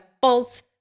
false